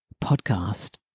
podcast